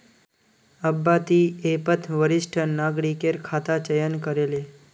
अब्बा ती ऐपत वरिष्ठ नागरिकेर खाता चयन करे ले